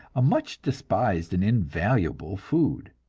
a much despised and invaluable food.